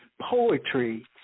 poetry